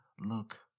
look